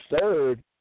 third